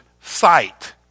sight